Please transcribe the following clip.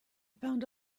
found